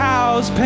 House